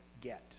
get